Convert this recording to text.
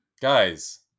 guys